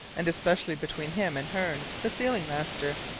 and especially between him and hearne, the sealing-master!